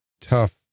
tough